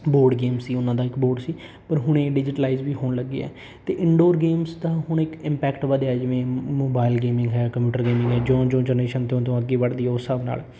board game ਸੀ ਉਹਨਾਂ ਦਾ ਇੱਕ ਬੋਰਡ ਸੀ ਪਰ ਹੁਣ ਇਹ ਡਿਜਿਟਲਾਈਜ ਵੀ ਹੋਣ ਲੱਗੇ ਹੈ ਅਤੇ ਇੰਡੋਰ ਗੇਮਸ ਤਾਂ ਹੁਣ ਇੱਕ ਇੰਪੈਕਟ ਵਧਿਆ ਜਿਵੇਂ ਮੋ ਮੋਬਾਈਲ ਗੇਮਿੰਗ ਹੈ ਕੰਪਿਊਟਰ ਗੇਮਿੰਗ ਹੈ ਜਿਓਂ ਜਿਓਂ ਜਨਰੇਸ਼ਨ ਤਿਓਂ ਤਿਓਂ ਅੱਗੇ ਵੜਦੀ ਹੈ ਉਸ ਹਿਸਾਬ ਨਾਲ